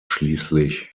schließlich